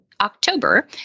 October